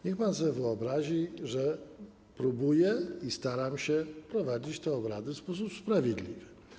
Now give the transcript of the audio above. Niech pan sobie wyobrazi, że próbuję i staram się prowadzić te obrady w sposób sprawiedliwy.